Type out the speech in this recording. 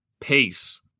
pace